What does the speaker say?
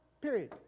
period